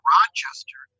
Rochester